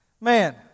man